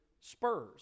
spurs